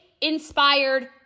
inspired